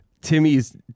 Timmy's